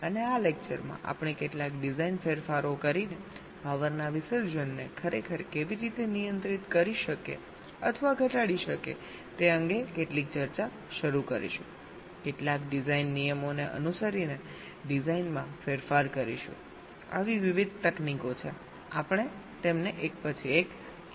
અને આ લેક્ચરમાં આપણે કેટલાક ડિઝાઇન ફેરફારો કરીને પાવરના વિસર્જનને ખરેખર કેવી રીતે નિયંત્રિત કરી શકીએ અથવા ઘટાડી શકીએ તે અંગે કેટલીક ચર્ચા શરૂ કરીશું કેટલાક ડિઝાઇન નિયમોને અનુસરીને ડિઝાઇનમાં ફેરફાર કરીશું આવી વિવિધ તકનીકો છે આપણે તેમને એક પછી એક જોઈશું